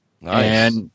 Nice